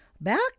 Back